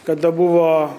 kada buvo